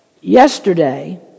yesterday